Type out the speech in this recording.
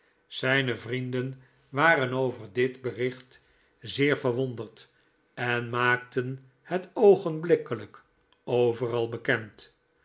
zijne vrienden waren over dit bericht zeer verwonderd en maakten het oogenblikkelijk overal bekend